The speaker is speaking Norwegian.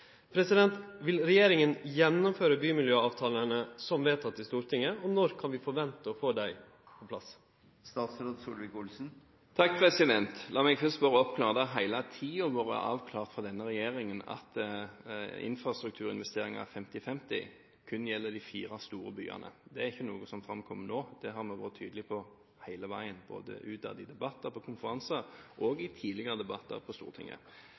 Vil regjeringa gjennomføre dei bymiljøavtalane, som er vedtekne i Stortinget? Når kan vi vente å få dei på plass? La meg først prøve å oppklare: Det har hele tiden vært avklart fra denne regjeringens side at infrastrukturinvesteringen 50:50 kun gjelder de fire store byene. Det er ikke noe som framkommer nå. Det har vi vært helt tydelige på hele tiden, både i debatter og på konferanser – også i tidligere debatter i Stortinget.